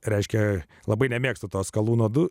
reiškia labai nemėgstu to skalūno du